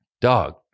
dog